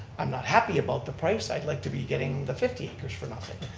i'm not happy about the price. i'd like to be getting the fifty acres for nothing,